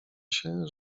się